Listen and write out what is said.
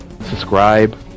subscribe